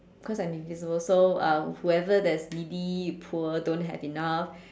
cause I'm invisible also um whoever that's needy poor don't have enough